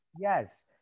Yes